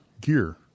gear